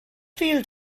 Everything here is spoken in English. field